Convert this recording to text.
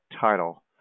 title